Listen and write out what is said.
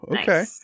okay